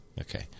okay